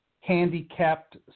Handicapped